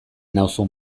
nauzun